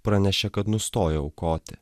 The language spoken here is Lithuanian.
pranešė kad nustojo aukoti